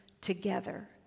together